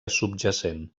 subjacent